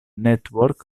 network